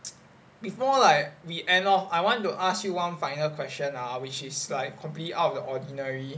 before like we end off I want to ask you one final question ah which is like completely out of the ordinary